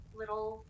little